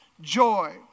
joy